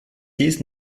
dies